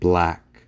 Black